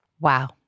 Wow